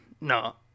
no